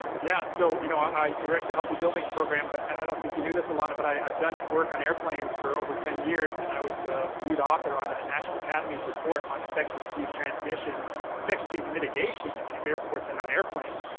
yeah so you know i direct the healthy buildings program, but i don't think you knew this, elana, but i've done work on airplanes for over ten years. and i was the lead author on a national academies report on infectious disease transmission infectious disease mitigation in airports and on airplanes.